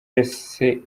wese